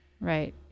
Right